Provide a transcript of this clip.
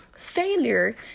Failure